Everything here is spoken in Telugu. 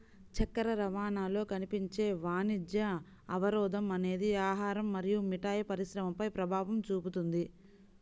చక్కెర రవాణాలో కనిపించే వాణిజ్య అవరోధం అనేది ఆహారం మరియు మిఠాయి పరిశ్రమపై ప్రభావం చూపుతుంది